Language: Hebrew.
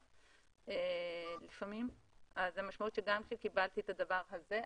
לפעמים - המשמעות שקיבלתי את הדבר הזה.